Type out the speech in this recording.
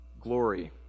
glory